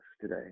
today